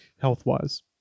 health-wise